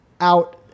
out